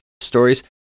stories